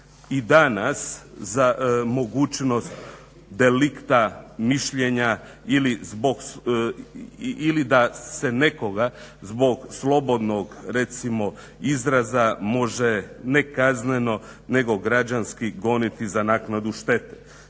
i danas za mogućnost delikta, mišljenja ili da se nekoga zbog slobodnog recimo izraza može nekažnjeno nego građanski goniti za naknadu štete.